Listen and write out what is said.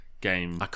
game